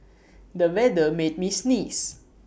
the weather made me sneeze